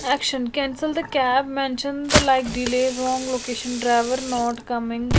action cancel the cab mention the like delay wrong location driver not coming